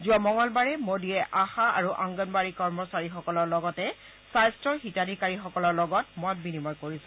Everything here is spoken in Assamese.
যোৱা মঙলবাৰে মোডীয়ে আশা আৰু অংগনৱাড়ী কৰ্মচাৰীসকলৰ লগতে স্বাস্থৰ হিতাধিকাৰীসকলৰ লগত মত বিনিময় কৰিছিল